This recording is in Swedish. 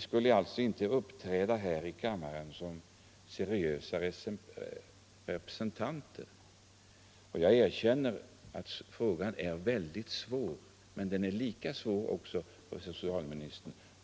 skulle uppträda här i kammaren som seriösa representanter. Jag erkänner att frågan är väldigt svår, men den är lika svår också för socialministern.